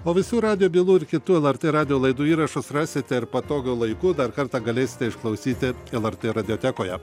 o visų radijo bylų ir kitų lrt radijo laidų įrašus rasite ir patogiu laiku dar kartą galėsite išklausyti lrt radiotekoje